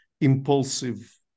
impulsive